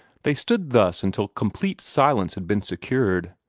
they stood thus until complete silence had been secured.